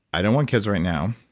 i don't want kids right now.